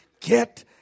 get